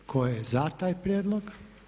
Tko je za taj prijedlog?